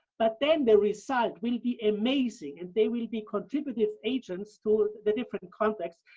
but then the result will be amazing! and they will be contributive agents to the different contexts,